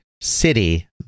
city